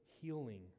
healing